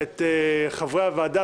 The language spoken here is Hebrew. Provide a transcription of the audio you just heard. את חברי הוועדה,